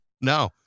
No